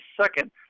second